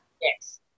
Yes